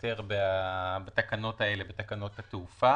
תיוותר בתקנות האלו, בתקנות התעופה.